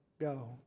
go